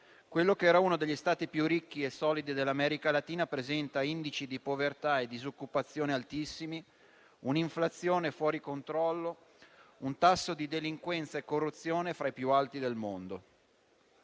quello che era uno degli Stati più ricchi e solidi dell'America Latina presenta indici di povertà e disoccupazione altissimi, un'inflazione fuori controllo e un tasso di delinquenza e corruzione fra i più alti al mondo.